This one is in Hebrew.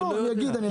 לא, אני אגיד.